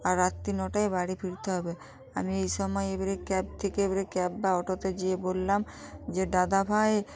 আর রাত্রি নটায় বাড়ি ফিরতে হবে আমি এই সময় এবারে ক্যাব থেকে এবারে ক্যাব বা অটোতে যেয়ে বললাম যে দাদাভাই